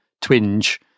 twinge